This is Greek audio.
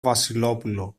βασιλόπουλο